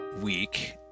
week